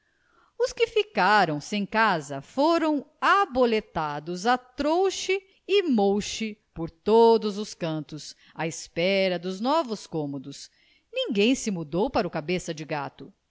os que ficaram sem casa foram aboletados a trouxe e mouxe por todos os cantos à espera dos novos cômodos ninguém se mudou para o cabeça de gato as